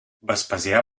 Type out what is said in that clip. vespasià